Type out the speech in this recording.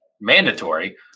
mandatory